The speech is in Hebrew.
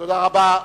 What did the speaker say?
תודה רבה.